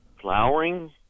flowering